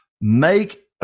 make